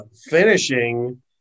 finishing